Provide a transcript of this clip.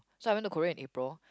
so I went to Korea in April